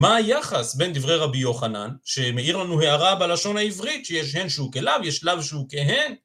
מה היחס בין דברי רבי יוחנן, שמעיר לנו הערה בלשון העברית, שיש הן שהוא כלוא, יש לוא שהוא כהן?